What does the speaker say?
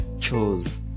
chose